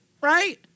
right